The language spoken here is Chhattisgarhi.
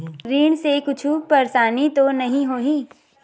ऋण से कुछु परेशानी तो नहीं होही?